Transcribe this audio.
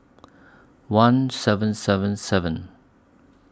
one seven seven seven